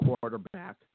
quarterback